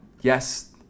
yes